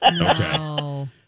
Okay